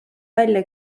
välja